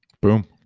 Boom